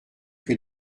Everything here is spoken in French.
que